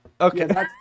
Okay